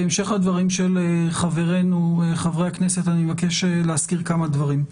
בהמשך לדברים של חברינו חברי הכנסת אני רוצה להזכיר כמה דברים.